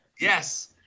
Yes